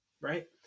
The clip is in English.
right